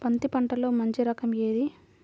బంతి పంటలో మంచి రకం ఏది?